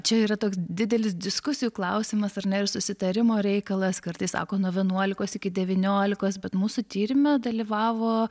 čia yra toks didelis diskusijų klausimas ar ne ir susitarimo reikalas kartais sako nuo vienuolikos iki devyniolikos bet mūsų tyrime dalyvavo